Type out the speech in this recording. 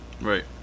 Right